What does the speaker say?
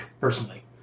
personally